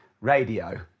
radio